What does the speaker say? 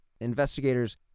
investigators